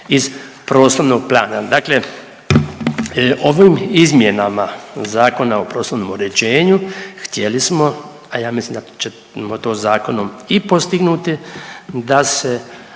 iz prostornog plana. Dakle, ovim izmjenama Zakona o prostornom uređenju htjeli smo, a ja mislim da ćemo to zakonom i postignuti da se